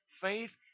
faith